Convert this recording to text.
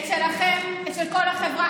את שלכם ושל כל החברה,